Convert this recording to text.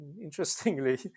interestingly